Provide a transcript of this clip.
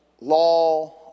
law